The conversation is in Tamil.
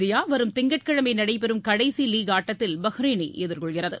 இந்தியா வரும் திங்கட்கிழமை நடைபெறும் கடைசி லீக் ஆட்டத்தில் பஹ்ரைனை எதிர்கொள்கிறது